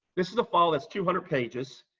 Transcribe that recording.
this is a file that's two hundred pages,